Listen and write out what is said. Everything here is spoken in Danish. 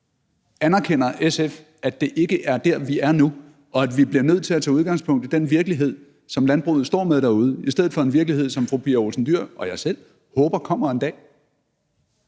Anerkender SF, at det ikke er der, vi er nu, og at vi bliver nødt til at tage udgangspunkt i den virkelighed, som landbruget står med derude, i stedet for en virkelighed, som fru Pia Olsen Dyhr og jeg selv håber kommer en dag?